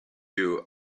you